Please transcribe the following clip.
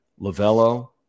Lavello